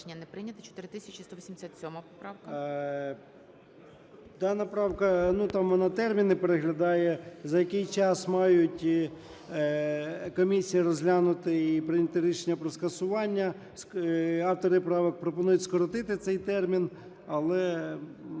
Дана правка, там вона терміни переглядає, за який час має комісія розглянути і прийняти рішення про скасування. Автори правок пропонують скоротити цей термін, але